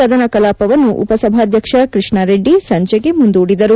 ಸದನ ಕಲಾಪವನ್ನು ಉಪ ಸಭಾಧ್ಯಕ್ಷ ಕೃಷ್ಣ ರೆಡ್ಡಿ ಸಂಜೆಗೆ ಮುಂದೂದಿದರು